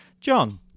John